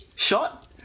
Shot